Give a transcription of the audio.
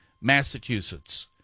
Massachusetts